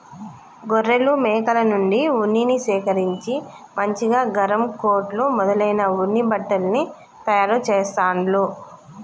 గొర్రెలు మేకల నుండి ఉన్నిని సేకరించి మంచిగా గరం కోట్లు మొదలైన ఉన్ని బట్టల్ని తయారు చెస్తాండ్లు